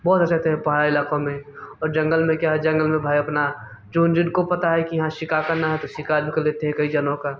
बहुत अच्छा लगता है पहाड़ी इलाक़ों में और जंगल में क्या है जंगल में भाई अपना जो जिनको पता है कि यहाँ शिकार करना है तो शिकार भी कर लेते है कई जानवरों का